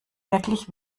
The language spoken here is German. wirklich